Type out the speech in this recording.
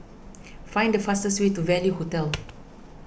find the fastest way to Value Hotel